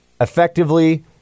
effectively